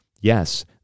Yes